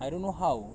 I don't know how